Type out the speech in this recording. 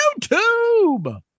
YouTube